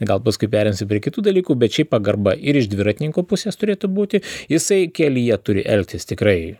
gal paskui pereisiu prie kitų dalykų bet šiaip pagarba ir iš dviratininkų pusės turėtų būti jisai kelyje turi elgtis tikrai